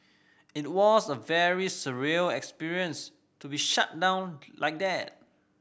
it was a very surreal experience to be shut down like that